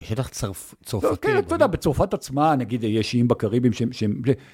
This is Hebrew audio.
שטח צרפתי. כן, אתה יודע, בצרפת עצמה, נגיד, יש איים בקריביים שהם...